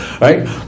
right